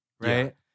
Right